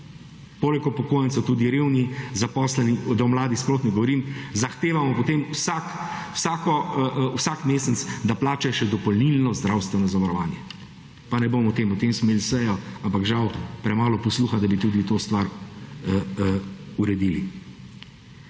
poleg upokojencev tudi revni, zaposleni, da o mladih sploh ne govorim, zahtevamo potem vsak mesec, da plačajo še dopolnilno zdravstveno zavarovanje, pa ne bomo o tem danes imeli sejo, ampak žal premalo posluha, da bi tudi to stvar uredili.